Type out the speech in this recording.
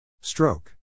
Stroke